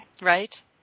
Right